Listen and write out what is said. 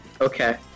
Okay